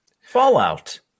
Fallout